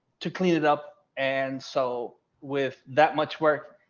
to clean it up. and so with that much work,